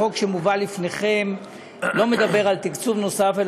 החוק שמובא לפניכם לא מדבר על תקצוב נוסף,